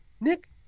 Nick